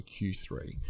q3